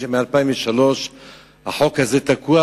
מ-2003 החוק הזה תקוע,